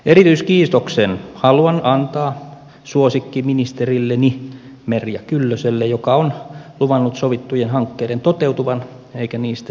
erityiskiitoksen haluan antaa suosikkiministerilleni merja kyllöselle joka on luvannut sovittujen hankkeiden toteutuvan eikä niistä siis leikata